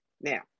Now